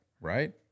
Right